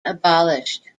abolished